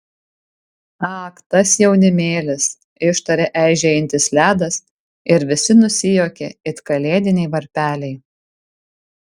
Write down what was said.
ak tas jaunimėlis ištarė eižėjantis ledas ir visi nusijuokė it kalėdiniai varpeliai